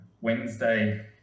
Wednesday